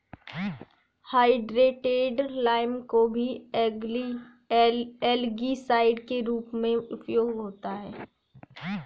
hydrated lime का भी algicide के रूप में उपयोग होता है